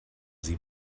sie